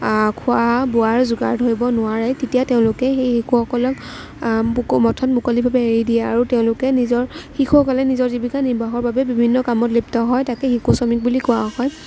খোৱা বোৱাৰ যোগাৰ ধৰিব নোৱাৰে তেতিয়া তেওঁলোকে সেই শিশুসকলক পথত মুকলিভাৱে এৰি দিয়ে আৰু তেওঁলোকে নিজৰ শিশুসকলে নিজৰ জীৱিকা নিৰ্বাহৰ বাবে বিভিন্ন কামত লিপ্ত হয় তাকে শিশু শ্ৰমিক বুলি কোৱা হয়